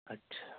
اچھا